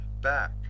back